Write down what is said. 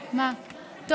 לפחות,